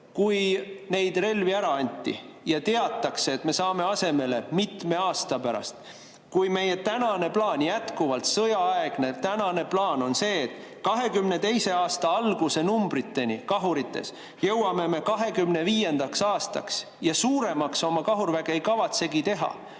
kui neid relvi ära anti, teades, et me saame midagi asemele mitme aasta pärast, kui meie tänane plaan, jätkuvalt sõjaaegne tänane plaan on see, et 2022. aasta alguse kahurinumbriteni jõuame me 2025. aastaks ja suuremaks oma kahurväge ei kavatsegi teha,